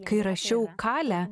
kai rašiau kalę